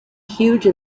huge